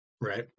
right